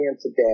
today